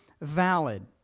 valid